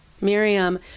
Miriam